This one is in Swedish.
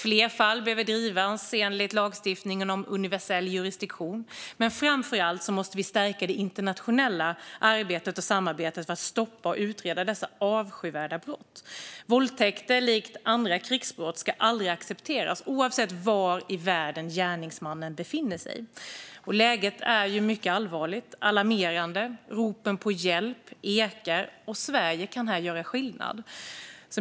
Fler fall behöver drivas enligt lagstiftningen om universell jurisdiktion. Men framför allt måste vi stärka det internationella arbetet och samarbetet för att stoppa och utreda dessa avskyvärda brott. Våldtäkter, likt andra krigsbrott, ska aldrig accepteras oavsett var i världen gärningsmannen befinner sig. Läget är mycket allvarligt och alarmerande. Ropen på hjälp ekar, och Sverige kan här göra skillnad.